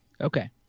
Okay